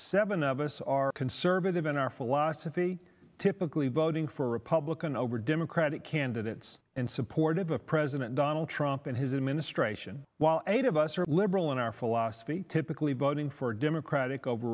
seven of us are conservative in our philosophy typically voting for a republican over democratic candidates and supportive of president donald trump and his administration while eight of us are liberal in our philosophy typically voting for democratic over